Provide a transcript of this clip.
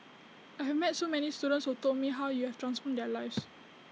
I have met so many students who told me how you have transformed their lives